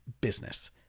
business